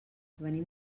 venim